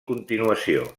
continuació